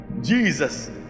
Jesus